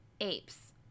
apes